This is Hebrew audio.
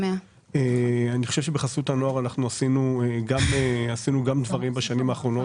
אני חושב שבחסות הנוער עשינו גם דברים בשנים האחרונות,